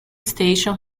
station